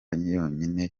yonyine